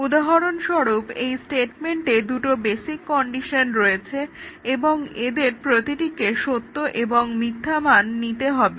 উদাহরণস্বরূপ এই স্টেটমেন্টে দুটো বেসিক কন্ডিশন রয়েছে এবং এদের প্রতিটিকে সত্য এবং মিথ্যা মান নিতে হবে